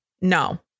no